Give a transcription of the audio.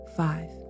five